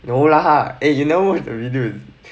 no lah eh you never work with the video is it